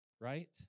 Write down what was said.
right